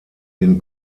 den